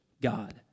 God